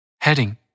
Heading –